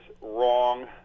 wrong